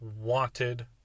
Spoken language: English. wanted